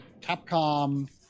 capcom